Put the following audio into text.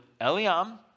Eliam